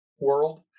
world